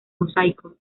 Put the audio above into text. mosaico